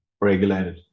regulated